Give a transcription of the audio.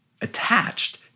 attached